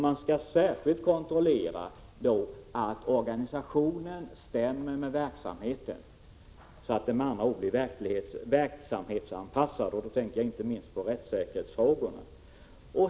Man skall särskilt kontrollera att organisationen stämmer med verksamheten, så att den med andra ord blir verksamhetsanpassad; då tänker jag inte minst på rättssäkerhetsfrågorna.